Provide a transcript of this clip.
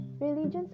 Religions